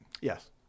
Yes